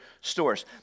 Stores